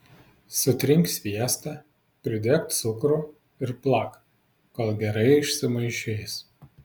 sutrink sviestą pridėk cukrų ir plak kol gerai išsimaišys